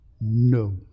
no